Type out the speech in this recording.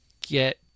get